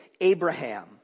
Abraham